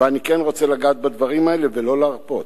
ואני כן רוצה לגעת בדברים האלה ולא להרפות.